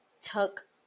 took